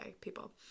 people